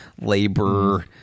Labor